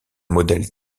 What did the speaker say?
modèle